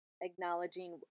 acknowledging